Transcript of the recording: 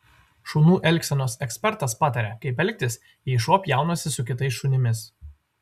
šunų elgsenos ekspertas pataria kaip elgtis jei šuo pjaunasi su kitais šunimis